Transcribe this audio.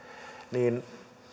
niin